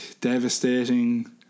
devastating